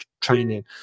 training